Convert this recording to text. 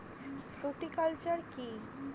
Fruticulture কী?